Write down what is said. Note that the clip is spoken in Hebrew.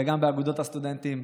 וגם באגודות הסטודנטים,